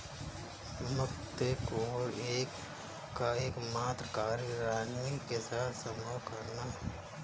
मुकत्कोर का एकमात्र कार्य रानी के साथ संभोग करना है